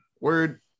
word